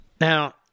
Now